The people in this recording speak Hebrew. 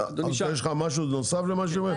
יש לך משהו נוסף למה שהיא אומרת?